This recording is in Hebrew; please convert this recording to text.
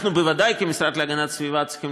אנחנו בוודאי כמשרד להגנת הסביבה צריכים